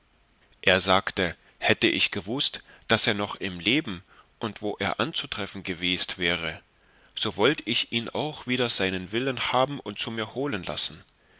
er sagte hätte ich gewußt daß er noch im leben und wo er anzutreffen gewest wäre so wollt ich ihn auch wider seinen willen haben zu mir holen lassen